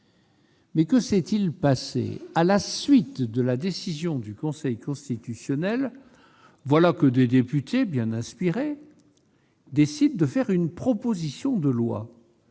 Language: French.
que s'est-il passé ? À la suite de la décision du Conseil constitutionnel, voilà que des députés, bien inspirés, ont décidé de faire une proposition de loi.